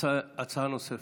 הצעה נוספת.